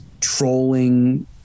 trolling